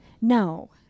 No